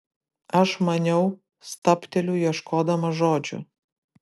aš maniau stabteliu ieškodama žodžių